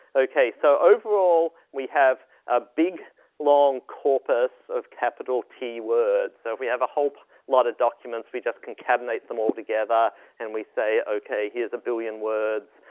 okay. so overall, we have a big long corpus of capital t words. so if we have a whole lot of documents we just concatenate them all together and we say, okay, here's a billion words,